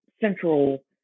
central